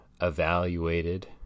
evaluated